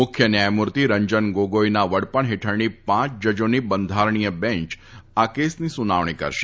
મુખ્ય ન્યાયમૂર્તિ રંજન ગોગોઈના વડપણ ફેઠળની પાંચ જજાની બંધારણીય બેંચ આ કેસની સુનાવણી કરશે